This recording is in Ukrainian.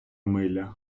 миля